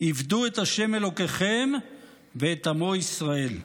"עבדו את ה' אלהיכם ואת עמו ישראל".